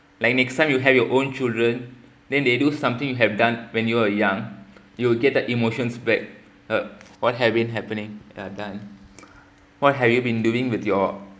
like next time you have your own children then they do something you have done when you were young you will get the emotions back uh what have been happening or done what have you been doing with your